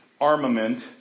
armament